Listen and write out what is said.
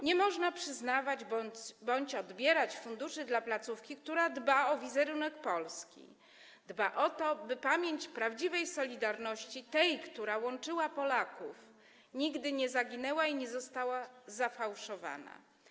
Nie można przyznawać bądź odbierać funduszy dla placówki, która dba o wizerunek Polski, dba o to, by pamięć prawdziwej „Solidarności”, tej, która łączyła Polaków, nigdy nie zaginęła i nie została zafałszowana.